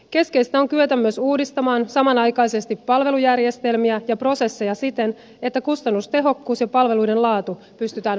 keskeistä on kyetä myös uudistamaan samanaikaisesti palvelujärjestelmiä ja prosesseja siten että kustannustehokkuus ja palveluiden laatu pystytään varmistamaan